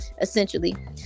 essentially